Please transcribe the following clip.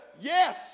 Yes